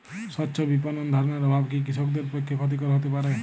স্বচ্ছ বিপণন ধারণার অভাব কি কৃষকদের পক্ষে ক্ষতিকর হতে পারে?